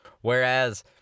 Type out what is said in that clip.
Whereas